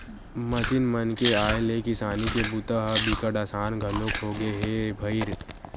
machine मन के आए ले किसानी के बूता ह बिकट असान घलोक होगे हे भईर